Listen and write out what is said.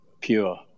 pure